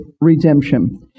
redemption